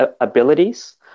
abilities